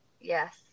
Yes